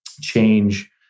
change